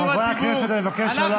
חברי הכנסת, אני מבקש לא להפריע.